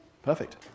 Perfect